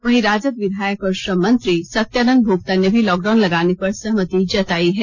वहीं राजद विधायक और श्रम मंत्री सत्यानंद भोक्ता ने भी लॉकडाउन लगाने पर सहमति जताई है